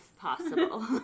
possible